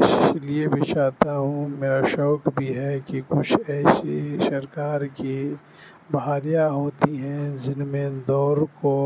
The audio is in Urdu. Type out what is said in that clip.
اس لیے بھی چاہتا ہوں میرا شوق بھی ہے کہ کچھ ایسی سرکار کی بحالیاں ہوتی ہیں جن میں دوڑ کو